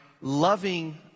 loving